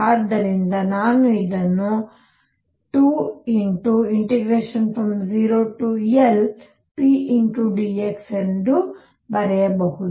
ಆದ್ದರಿಂದ ನಾನು ಇದನ್ನು 20Lpdxಎಂದು ಬರೆಯಬಹುದು